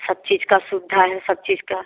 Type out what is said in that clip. सब चीज़ का सुविधा है सब चीज़ का